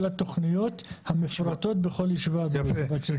התכניות המפורטות בכל יישובי הגליל --- יפה,